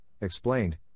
explained